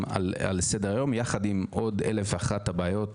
על סדר היום יחד עם עוד 1,001 הבעיות.